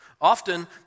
Often